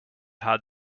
hard